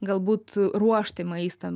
galbūt ruošti maistą